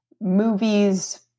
movies